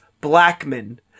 Blackman